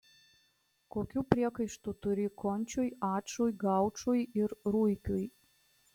kokių priekaištų turi končiui ačui gaučui ir ruikiui